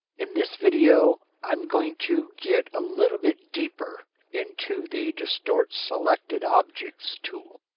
in this video i'm going to get a little bit deeper into the distort selected objects tool.